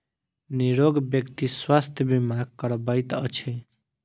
निरोग व्यक्ति स्वास्थ्य बीमा करबैत अछि